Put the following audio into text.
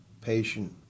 Patient